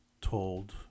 told